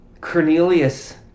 Cornelius